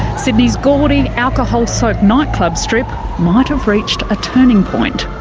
sydney's gaudy, alcohol-soaked nightclub strip, might have reached a turning point.